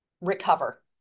recover